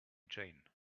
jane